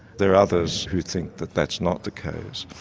there are others who think that that's not the case.